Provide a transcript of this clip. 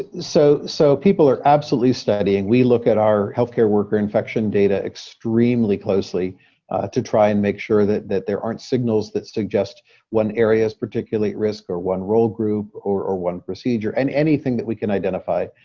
ah so so people are absolutely studying. we look at our health care worker infection data extremely closely to try and make sure that that there aren't signals that suggest one area is particularly at risk or one role group or one procedure, and anything that we can identify.